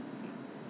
but I know